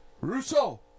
Russo